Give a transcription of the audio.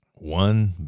One